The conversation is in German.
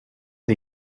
sie